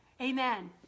Amen